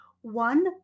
one